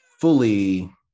fully